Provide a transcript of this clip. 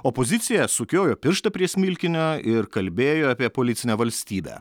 opozicija sukiojo pirštą prie smilkinio ir kalbėjo apie policinę valstybę